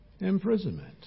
imprisonment